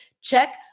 check